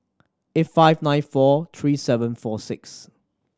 eight five nine four three seven four six